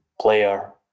player